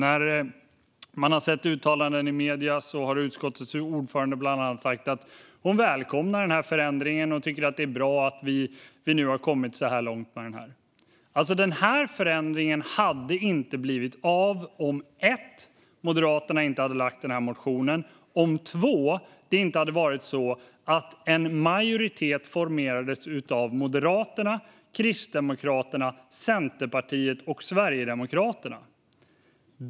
I uttalanden som man har sett i medierna har utskottets ordförande bland annat sagt att hon välkomnar denna förändring och tycker att det är bra att vi nu har kommit så här långt med detta. Den här förändringen hade inte blivit av om inte för det första Moderaterna hade lagt fram denna motion och för det andra en majoritet hade formerats av Moderaterna, Kristdemokraterna, Centerpartiet och Sverigedemokraterna.